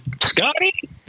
Scotty